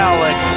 Alex